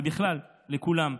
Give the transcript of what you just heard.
ובכלל לכולם,